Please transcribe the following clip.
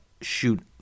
shoot